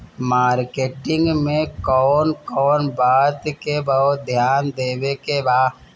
Marketing मे कौन कौन बात के बहुत ध्यान देवे के बा?